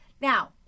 Now